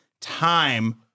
time